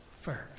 first